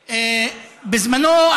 בזמנו,